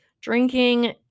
Drinking